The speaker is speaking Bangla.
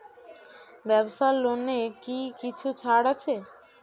ব্যাবসার লোনে কি কিছু ছাড় আছে?